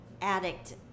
addict